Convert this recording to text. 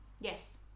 Yes